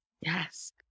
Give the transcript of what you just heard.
Yes